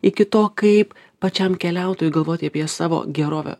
iki to kaip pačiam keliautojui galvoti apie savo gerovę